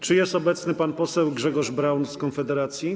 Czy jest obecny pan poseł Grzegorz Braun z Konfederacji?